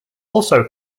also